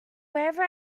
wherever